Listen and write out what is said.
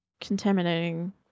Contaminating